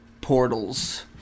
portals